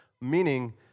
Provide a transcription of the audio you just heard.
meaning